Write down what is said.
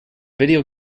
video